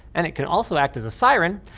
and it can also act as a siren.